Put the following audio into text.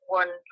one